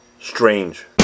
Strange